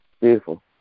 Beautiful